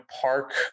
park